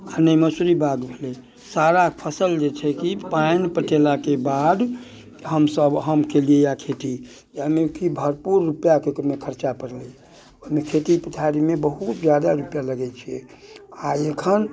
आ नहि मसुरी बाग भेलै सारा फसल जे छै कि पानि पटेलाके बाद हमसभ हम केलियैए खेती यानि कि भरपूर उपायके ओहिमे खर्चा पड़लै ओहिमे खेती पथारीमे बहुत ज्यादा रुपैआ लगैत छै आ एखन